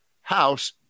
house